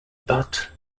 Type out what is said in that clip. bat